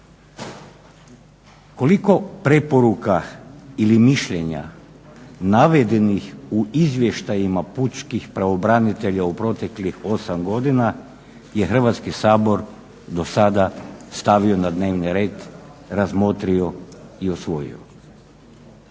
Koliko preporuka ili mišljenja navedenih u izvještajima pučkih pravobranitelja u proteklih 8 godina je Hrvatski sabor do sada stavio na dnevni red razmotrio i usvojio?